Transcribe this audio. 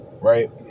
right